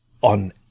on